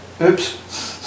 oops